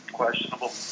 questionable